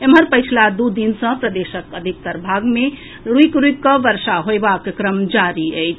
एम्हर पछिला दू दिन सॅ प्रदेशक अधिकतर भाग मे रूकि रूकि कऽ वर्षा होएबाक क्रम जारी अछि